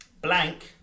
Blank